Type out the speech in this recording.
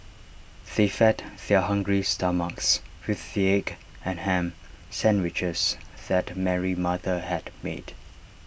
they fed their hungry stomachs with the egg and Ham Sandwiches that Mary's mother had made